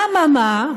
אממה,